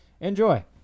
Enjoy